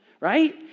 right